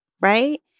right